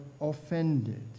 offended